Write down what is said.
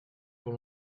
pour